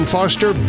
Foster